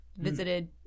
visited